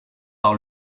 par